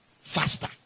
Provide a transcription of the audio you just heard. faster